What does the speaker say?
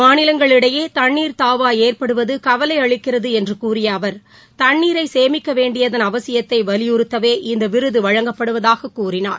மாநிலங்களிடையே தண்ணீர் தாவா ஏற்படுவது கவலையளிக்கிறது என்று கூறிய அவர் தண்ணீரை சேமிக்கவேண்டிதன் அவசியத்தை வலியுறுத்தவே இந்த விருது வழங்கப்படுவதாக கூறினார்